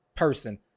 person